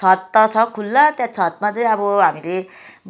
छत त छ खुल्ला त्यहाँ छतमा चाहिँ अब हामीले